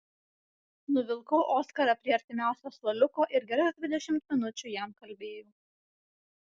nuvilkau oskarą prie artimiausio suoliuko ir geras dvidešimt minučių jam kalbėjau